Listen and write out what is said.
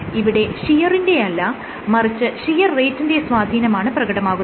ഇവിടെ ഷിയറിന്റെയല്ല മറിച്ച് ഷിയർ റേറ്റിന്റെ സ്വാധീനമാണ് പ്രകടമാകുന്നത്